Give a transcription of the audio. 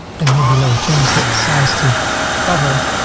and here below change that size to cover,